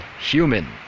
Human